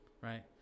Right